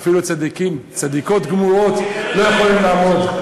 אפילו צדיקות גמורות לא יכולות לעמוד.